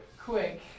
Quick